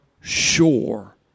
sure